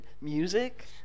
music